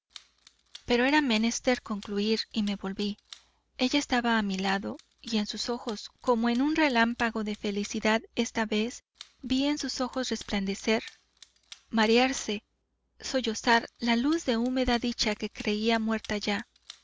pero era menester concluir y me volví ella estaba a mi lado y en sus ojos como en un relámpago de felicidad esta vez vi en sus ojos resplandecer marearse sollozar la luz de húmeda dicha que creía muerta ya